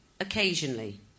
Occasionally